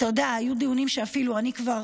אתה יודע, היו דיונים שאפילו אני כבר